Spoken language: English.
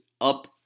up